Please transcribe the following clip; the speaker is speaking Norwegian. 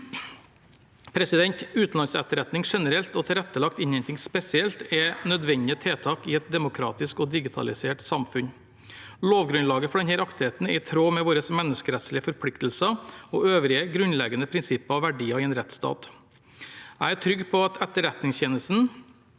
ivaretas. Utenlandsetterretning generelt og tilrettelagt innhenting spesielt er nødvendige tiltak i et demokratisk og digitalisert samfunn. Lovgrunnlaget for denne aktiviteten er i tråd med våre menneskerettslige forpliktelser og øvrige grunnleggende prinsipper og verdier i en rettsstat. Jeg er trygg på at Etterretningstjenesten,